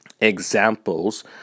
examples